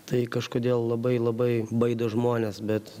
tai kažkodėl labai labai baido žmones bet